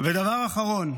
ודבר אחרון,